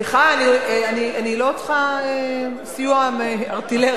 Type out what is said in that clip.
סליחה, אני לא צריכה סיוע ארטילרי.